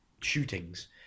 shootings